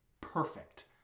perfect